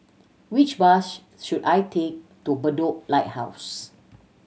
which bus should I take to Bedok Lighthouse